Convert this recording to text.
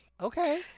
Okay